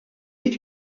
est